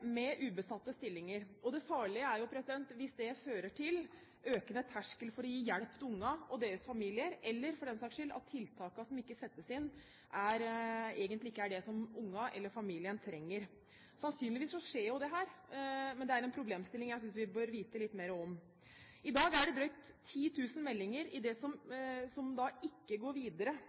med ubesatte stillinger. Det farlige er jo hvis det fører til en høyere terskel for å gi hjelp til barna og deres familier, eller for den saks skyld at tiltakene som settes inn, egentlig ikke er det barna eller familien trenger. Sannsynligvis skjer dette, og det er en problemstilling jeg synes vi bør vite litt mer om. I dag er det, av alle henvendelser som kommer, drøyt 10 000 meldinger som ikke går til videre